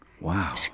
Wow